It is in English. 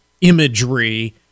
imagery